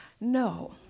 No